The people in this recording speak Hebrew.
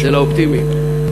זה לאופטימיים.